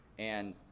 and,